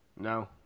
No